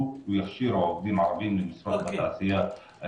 ויכשירו עובדים ערבים למשרות בתעשייה -- אוקיי,